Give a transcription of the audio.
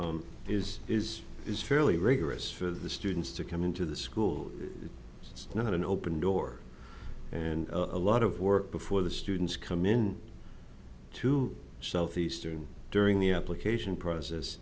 is is is fairly rigorous for the students to come into the school it's not an open door and a lot of work before the students come in to southeastern during the application process